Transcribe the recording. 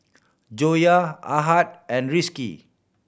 Joyah Ahad and Rizqi